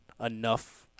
enough